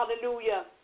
hallelujah